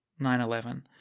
9-11